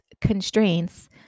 constraints